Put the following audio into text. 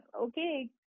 okay